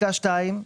פסקה (2)